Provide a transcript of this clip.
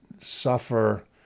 suffer